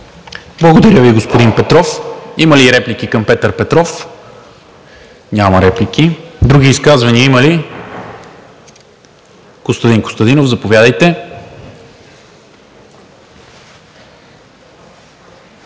Благодаря Ви, господин Петров. Има ли реплики към Петър Петров? Няма. Други изказвания има ли? Костадин Костадинов – заповядайте.